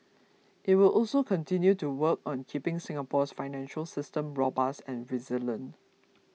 it will also continue to work on keeping Singapore's financial system robust and resilient